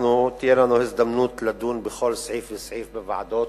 תהיה לנו הזדמנות לדון בכל סעיף וסעיף בוועדות,